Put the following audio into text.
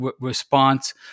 response